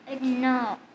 No